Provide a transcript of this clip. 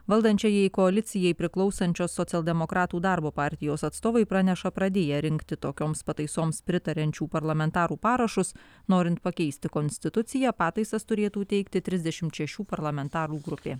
valdančiajai koalicijai priklausančios socialdemokratų darbo partijos atstovai praneša pradėję rinkti tokioms pataisoms pritariančių parlamentarų parašus norint pakeisti konstituciją pataisas turėtų teikti trisdešimt šešių parlamentarų grupė